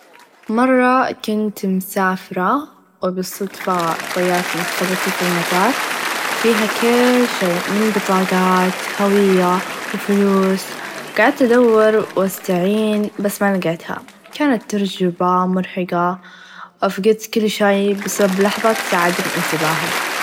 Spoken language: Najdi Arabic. مره كنت مسافره و بالصدفه ظيعت محفظتي في المطار فيها كييييل شئ من بطاقات هويه و فلوس قعدت أدور و أستعين بس ما لقيتها كانت تچربه مرهقه فقدت كل شئ بسبب لحظه عدم إنتباهي.